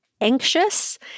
anxious